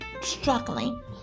struggling